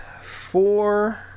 four